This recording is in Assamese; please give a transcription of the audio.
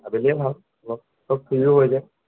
আবেলিয়ে ভাল অলপ সব ফ্ৰীও হৈ যায়